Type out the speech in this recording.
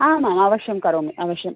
आम् आम् अवश्यं करोमि अवश्यम्